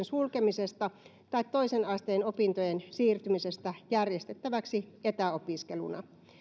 sulkemisesta tai toisen asteen opintojen siirtymisestä järjestettäväksi etäopiskeluna